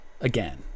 again